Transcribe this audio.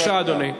בבקשה, אדוני.